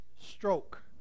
Stroke